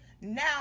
now